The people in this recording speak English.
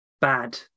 bad